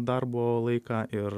darbo laiką ir